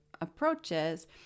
approaches